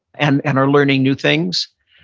and and are learning new things.